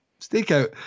stakeout